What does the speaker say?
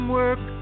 work